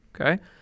Okay